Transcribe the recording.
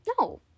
no